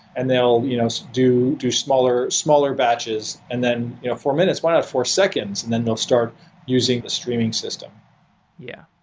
and they'll you know so do do smaller smaller batches. and then you know four minutes, why not four seconds? and then they'll start using a streaming system yeah,